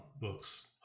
books